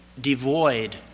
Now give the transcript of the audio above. devoid